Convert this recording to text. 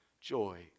Joy